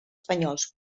espanyols